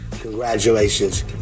Congratulations